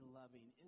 loving